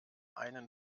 einen